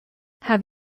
have